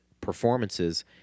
performances